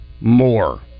more